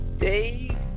Day